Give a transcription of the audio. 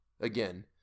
again